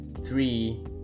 three